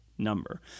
number